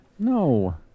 No